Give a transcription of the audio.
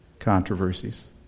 Controversies